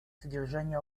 содержание